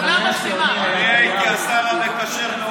אני הייתי השר המקשר,